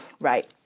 right